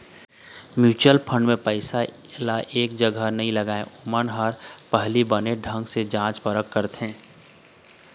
mutual fund म पइसा ल एक जगा नइ लगाय, ओमन ह पहिली बने ढंग ले जाँच परख करथे